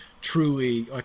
truly